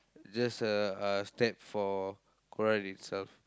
just a a step for Quran itself